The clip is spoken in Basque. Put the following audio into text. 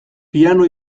piano